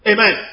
Amen